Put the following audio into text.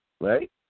Right